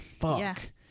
fuck